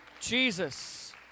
Jesus